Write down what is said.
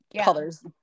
colors